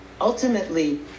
ultimately